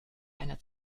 einer